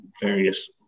various